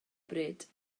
bryd